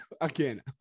Again